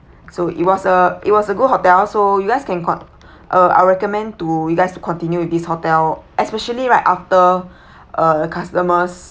so it was a it was a good hotel so you guys can con~ uh I recommend to you guys to continue with this hotel especially right after uh customers